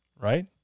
right